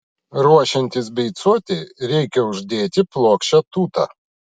ruošiantis beicuoti reikia uždėti plokščią tūtą